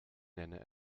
nenne